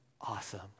Awesome